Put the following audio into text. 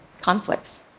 conflicts